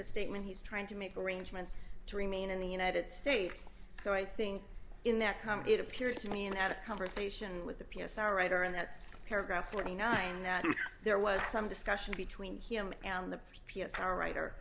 his statement he's trying to make arrangements to remain in the united states so i think in that comment it appeared to me and had a conversation with the p s r writer and that's paragraph forty nine there was some discussion between him and the p s r writer